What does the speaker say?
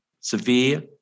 severe